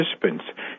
participants